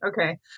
Okay